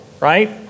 right